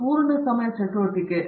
ಪ್ರತಾಪ್ ಹರಿಡೋಸ್ ಪೂರ್ಣ ಸಮಯ ಚಟುವಟಿಕೆ